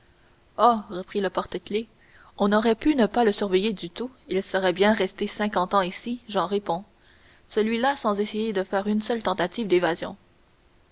reprit le porte-clefs on aurait pu ne pas le surveiller du tout il serait bien resté cinquante ans ici j'en réponds celui-là sans essayer de faire une seule tentative d'évasion